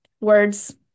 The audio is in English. words